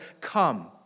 come